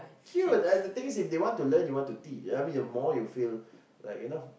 cute and the thing is if they want to learn you want to teach I mean the more you feel like you know